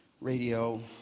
radio